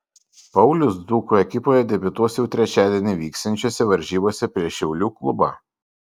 paulius dzūkų ekipoje debiutuos jau trečiadienį vyksiančiose varžybose prieš šiaulių klubą